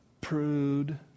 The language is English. prude